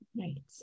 Right